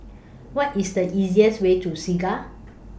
What IS The easiest Way to Segar